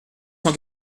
cent